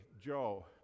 Joe